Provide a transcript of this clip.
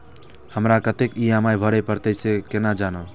हमरा कतेक ई.एम.आई भरें परतें से केना जानब?